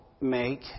make